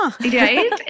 Right